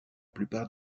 plupart